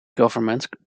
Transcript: government